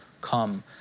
come